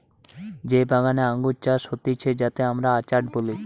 যেই বাগানে আঙ্গুর চাষ হতিছে যাতে আমরা অর্চার্ড বলি